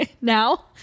Now